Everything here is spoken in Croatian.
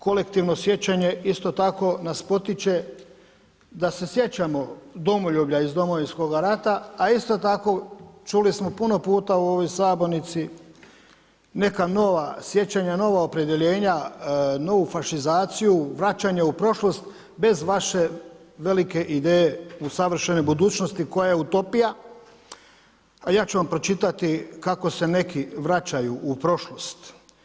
Kolektivno sjećanje isto tako nas potiče da se sjećamo domoljublja iz Domovinskog rata, a isto tako čuli smo puno puta u ovoj sabornici neka nova sjećanja, nova opredjeljenja, novu fašizaciju, vraćanje u prošlost bez vaše velike ideje u savršenoj budućnosti koja je utopija, a ja ću vam pročitati kako se neki vraćaju u prošlost.